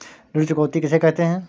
ऋण चुकौती किसे कहते हैं?